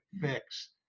fix